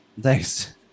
thanks